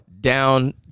down